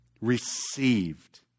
received